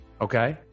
okay